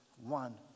one